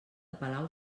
palau